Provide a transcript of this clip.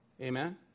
Amen